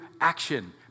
action